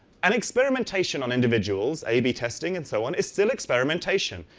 and experimentation on individuals, ab testing and so on, is still experimentation.